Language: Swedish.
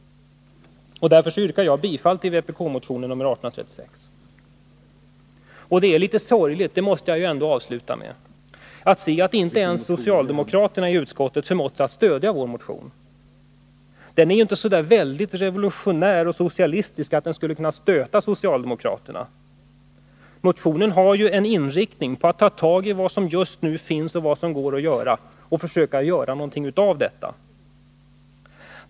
Därför yrkar jag bifall till vpk-motionen nr 1836. Det är litet sorgligt — det måste jag ändå avsluta med att säga — att se att inte ens socialdemokraterna i utskottet förmått sig till att stödja vår motion. Den är ju inte så där väldigt revolutionär och socialistisk att den skulle kunna stöta socialdemokraterna. Motionen har som inriktning att ta tag i vad som just nu finns och vad som går att göra och att göra någonting av detta.